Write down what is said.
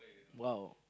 !wow!